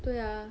对啊